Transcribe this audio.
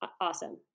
Awesome